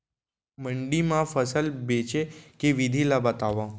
मंडी मा फसल बेचे के विधि ला बतावव?